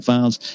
Files